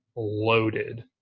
Loaded